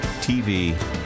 TV